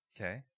okay